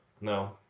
No